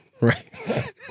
Right